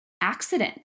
accident